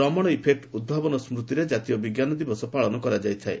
Raman effect ଉଭାବନ ସ୍କୁତିରେ ଜାତୀୟ ବିଜ୍ଞାନ ପାଳନ କରାଯାଇଥାଏ